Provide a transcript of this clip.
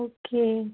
okay